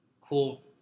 cool